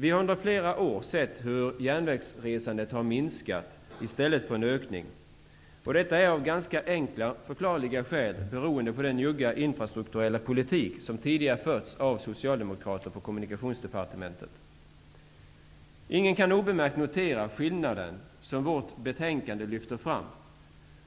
Vi har under flera år sett hur järnvägsresandet har minskat i stället för att öka. Detta är, av ganska enkla förklarliga skäl, beroende på den njugga infrastrukturpolitik som tidigare förts av socialdemokrater i Kommunikationsdepartementet. Ingen kan obemärkt notera skillnaden som vårt betänkande lyfter fram.